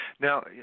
Now